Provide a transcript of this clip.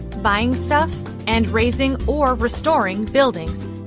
buying stuff and raising or restoring buildings.